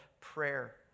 prayer